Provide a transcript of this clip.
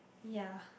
ya